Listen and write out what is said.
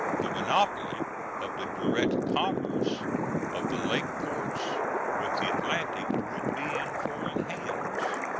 the monopoly of the direct commerce of the lake ports with the atlantic would be in foreign hands,